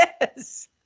Yes